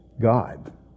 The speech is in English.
God